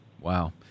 Wow